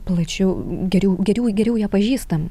plačiau geriau geriau geriau ją pažįstam